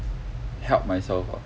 help myself out